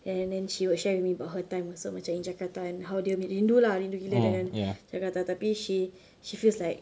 and then she would share with me about her time also macam in jakarta and how dia rindu lah rindu gila dengan jakarta tapi she she feels like